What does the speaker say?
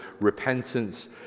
repentance